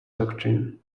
doctrine